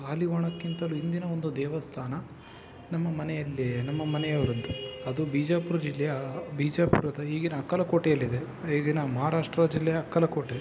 ಹಾಲಿವಾಣಕ್ಕಿಂತಲೂ ಹಿಂದಿನ ಒಂದು ದೇವಸ್ಥಾನ ನಮ್ಮ ಮನೆಯಲ್ಲಿಯೇ ನಮ್ಮ ಮನೆಯವರದ್ದು ಅದು ಬಿಜಾಪುರ ಜಿಲ್ಲೆಯ ಬಿಜಾಪುರದ ಈಗಿನ ಅಕ್ಕಲಕೋಟೆಯಲ್ಲಿದೆ ಈಗಿನ ಮಹಾರಾಷ್ಟ್ರ ಜಿಲ್ಲೆಯ ಅಕ್ಕಲಕೋಟೆ